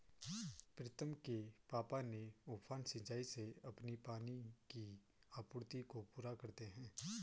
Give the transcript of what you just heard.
प्रीतम के पापा ने उफान सिंचाई से अपनी पानी की आपूर्ति को पूरा करते हैं